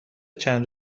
چند